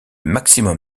maximum